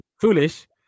Foolish